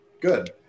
Good